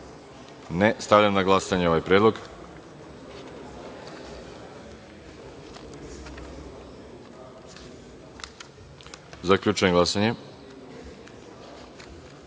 Stavljam na glasanje ovaj predlog. Zaključujem glasanje